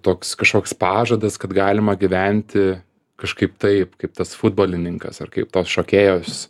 toks kažkoks pažadas kad galima gyventi kažkaip taip kaip tas futbolininkas ar kaip tos šokėjos